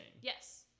Yes